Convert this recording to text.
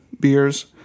beers